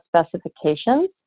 specifications